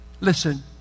Listen